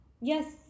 yes